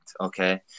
Okay